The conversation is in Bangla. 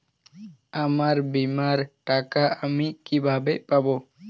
আমার বীমার টাকা আমি কিভাবে পাবো?